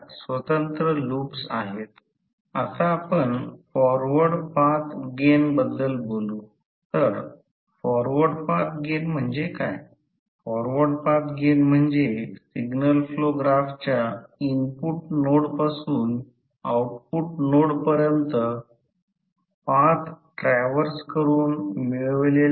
हे मग्नेटीक सर्किटप्रमाणे होणार नाही म्हणून समजावून सांगावे लागेल मग त्यावर थोडेसे समजून घ्यावे लागेल म्हणजे याचा अर्थ येथे सर्व काही दिले आहे येथून ते सुरू होईल परंतु शेवटी ते असे हलेल